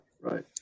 Right